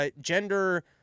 gender